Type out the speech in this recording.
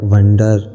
Wonder